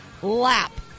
lap